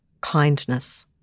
kindness